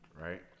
right